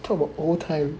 talk about old time